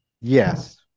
Yes